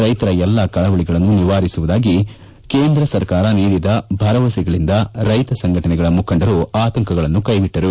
ರೈಶರ ಎಲ್ಲಾ ಕಳವಳಗಳನ್ನು ನಿವಾರಿಸುವುದಾಗಿ ಕೇಂದ್ರ ಸರ್ಕಾರ ನೀಡಿದ ಭರವಸೆಗಳಿಂದ ರೈಶ ಸಂಘಟನೆಗಳ ಮುಖಂಡರು ಆತಂಕಗಳನ್ನು ಕೈಬಿಟ್ಟರು